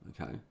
okay